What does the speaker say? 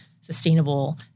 sustainable